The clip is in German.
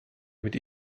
mit